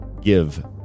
give